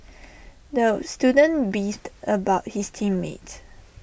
the student beefed about his team mates